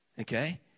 Okay